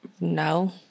no